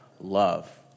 love